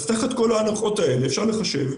תחת כל ההנחות האלה אפשר לחשב,